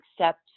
accept